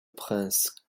prince